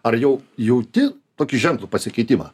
ar jau jauti tokį ženklų pasikeitimą